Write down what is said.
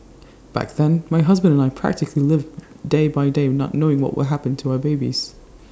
back then my husband and I practically lived day by day not knowing what will happen to our babies